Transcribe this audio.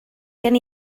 gen